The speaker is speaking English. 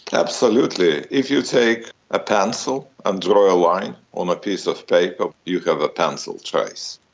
absolutely. if you take a pencil and draw a line on a piece of paper you have a pencil trace.